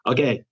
Okay